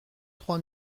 trois